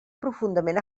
profundament